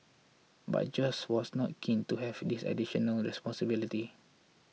but Josh was not keen to have this additional responsibility